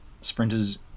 sprinters